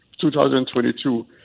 2022